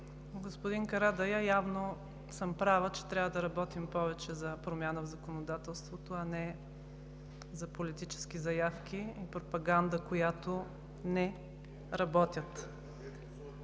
Господин Карадайъ, явно съм права, че трябва да работим повече за промяна в законодателството, а не за политически заявки и пропаганда, които не работят.